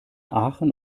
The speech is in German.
aachen